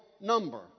number